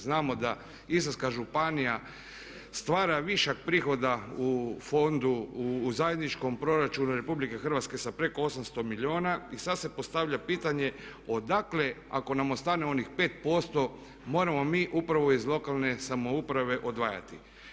Znamo da Istarska županija stvara višak prihoda u fondu u zajedničkom proračunu Republike Hrvatske sa preko 800 milijuna i sad se postavlja pitanje odakle ako nam ostane onih 5% moramo mi upravo iz lokalne samouprave odvajati.